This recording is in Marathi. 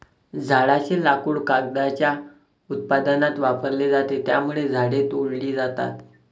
झाडांचे लाकूड कागदाच्या उत्पादनात वापरले जाते, त्यामुळे झाडे तोडली जातात